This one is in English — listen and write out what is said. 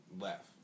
left